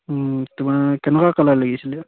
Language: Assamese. তোমাৰে কেনেকুৱা কালাৰ লাগিছিলে